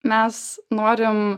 mes norim